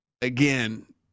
Again